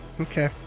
Okay